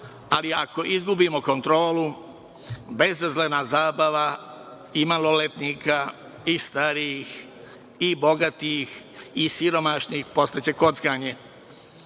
ali ako izgubimo kontrolu, bezazlena zabava i maloletnika i starijih i bogatih i siromašnih postaće kockanje. Igre